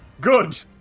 good